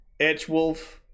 Edgewolf